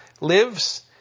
lives